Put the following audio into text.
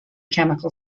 chemical